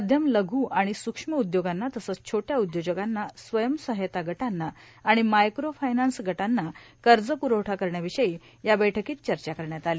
मध्यम लघु आणि सूक्ष्म उद्योगांना तसंच छेट्या उद्योजकांना स्वयंसहायता गदांना आणि मायक्रो फायनान्स गदंना कर्ज पुरवठा करण्याविषयी या बैठकीत चर्चा करण्यात आली